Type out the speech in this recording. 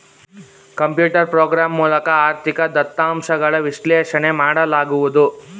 computer program ಮೂಲಕ ಆರ್ಥಿಕ ದತ್ತಾಂಶಗಳ ವಿಶ್ಲೇಷಣೆ ಮಾಡಲಾಗುವುದು